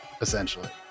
essentially